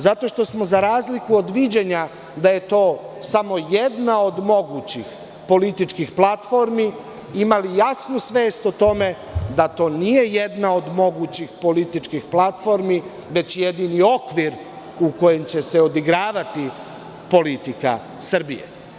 Zato što smo za razliku od viđenja da je to samo jedna od mogućih političkih platformi imali jasnu svest o tome da to nije jedna od mogućih političkih platformi, već jedini okvir u kojem će se odigravati politika Srbije.